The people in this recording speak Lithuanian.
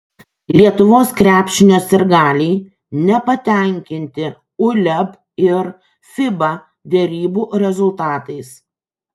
lietuvos krepšinio sirgaliai nepatenkinti uleb ir fiba derybų rezultatais